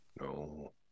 No